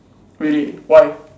really why